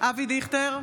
אבי דיכטר,